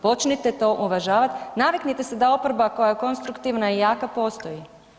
Počnite to uvažavat, naviknite se da oporba koja je konstruktivna i jaka postoji.